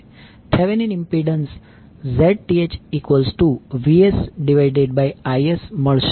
Thevenin impedance ZThVsIsમળશે